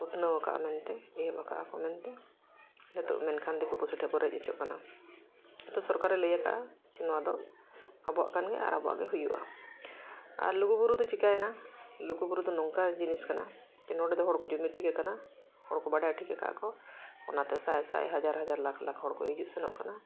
ᱩᱛᱱᱟᱹᱣ ᱠᱟᱜᱼᱟ ᱢᱮᱱᱛᱮ ᱮᱦᱚᱵ ᱠᱟᱜᱼᱟ ᱠᱚ ᱢᱮᱱᱛᱮ ᱱᱤᱛᱳᱜ ᱢᱮᱱᱠᱷᱟᱱ ᱫᱤᱠᱩ ᱯᱩᱥᱤᱴᱷᱮᱱ ᱵᱚ ᱨᱮᱡ ᱦᱚᱪᱚᱜ ᱠᱟᱱᱟ ᱛᱚ ᱥᱚᱨᱠᱟᱨᱮ ᱞᱟᱹᱭ ᱠᱟᱜᱼᱟ ᱡᱮ ᱱᱚᱣᱟ ᱫᱚ ᱟᱵᱚᱣᱟᱜ ᱠᱟᱱ ᱜᱮᱭᱟ ᱟᱨ ᱟᱵᱚᱣᱟᱜ ᱜᱮ ᱦᱩᱭᱩᱜᱼᱟ ᱟᱨ ᱞᱩᱜᱩᱵᱩᱨᱩ ᱫᱚ ᱪᱤᱠᱟᱭᱱᱟ ᱞᱩᱜᱩᱵᱩᱨᱩ ᱫᱚ ᱱᱚᱝᱠᱟ ᱡᱤᱱᱤᱥ ᱠᱟᱱᱟ ᱡᱮ ᱱᱚᱰᱮ ᱫᱚ ᱦᱚᱲᱠᱚ ᱡᱩᱢᱤᱫ ᱴᱷᱤᱠ ᱟᱠᱟᱱᱟ ᱦᱚᱲ ᱠᱚ ᱵᱟᱰᱟᱭ ᱴᱷᱤᱠ ᱠᱟᱜ ᱟᱠᱚ ᱚᱱᱟᱛᱮ ᱥᱟᱭ ᱥᱟᱭ ᱥᱟᱡᱟᱨ ᱦᱟᱡᱟᱨ ᱞᱟᱠᱷ ᱞᱟᱠᱷ ᱦᱚᱲ ᱠᱚ ᱦᱤᱡᱩᱜ ᱥᱮᱱᱚᱜ ᱠᱟᱱᱟ